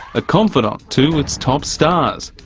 a confidante to its top stars.